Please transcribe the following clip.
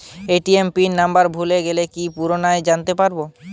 ATM pin number ভুলে গেলে কি ভাবে পুনরায় জানতে পারবো?